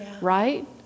right